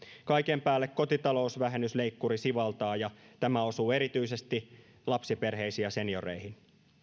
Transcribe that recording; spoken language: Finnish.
kaiken päälle kotitalousvähennysleikkuri sivaltaa ja tämä osuu erityisesti lapsiperheisiin ja senioreihin